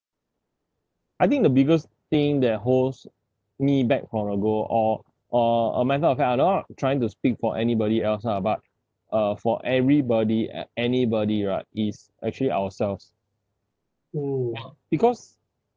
I think the biggest thing that holds me back from ago or or a matter of an adult are trying to speak for anybody else lah but uh for everybody and anybody right is actually ourselves because